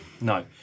No